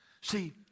See